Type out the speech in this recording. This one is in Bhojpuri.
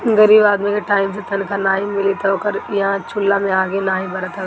गरीब आदमी के टाइम से तनखा नाइ मिली तअ ओकरी इहां चुला में आगि नाइ बरत हवे